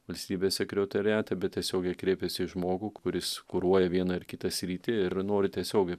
valstybės sekriotoriate bet tiesiogiai kreipiasi į žmogų kuris kuruoja vieną ar kitą sritį ir nori tiesiogiai